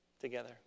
together